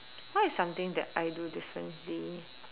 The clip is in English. what is something that I do differently